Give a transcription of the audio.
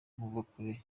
muvakure